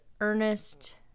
Ernest